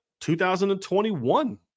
2021